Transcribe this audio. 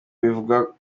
bivugwa